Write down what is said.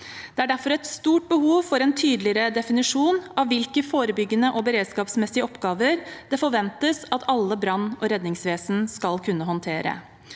Det er derfor et stort behov for en tydeligere definisjon av hvilke forebyggende og beredskapsmessige oppgaver det forventes at alle brann- og redningsvesen skal kunne håndtere.